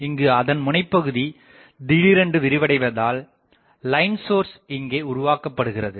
இங்கு அதன் முனைபகுதி திடீரென்று விரிவடைவதால் லைன்சோர்ஸ் இங்கே உருவாக்கபடுகிறது